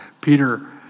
Peter